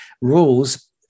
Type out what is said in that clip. rules